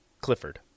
Clifford